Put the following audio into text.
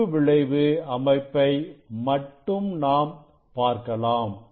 விளிம்பு விளைவு அமைப்பை மட்டும் நாம் பார்க்கலாம்